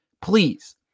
please